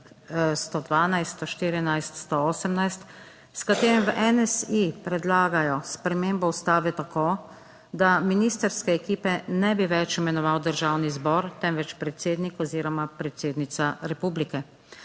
112., 114., 118., s katerim v NSi predlagajo spremembo Ustave tako, da ministrske ekipe ne bi več imenoval Državni zbor, temveč predsednik oziroma predsednica republike.